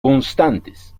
constantes